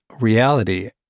reality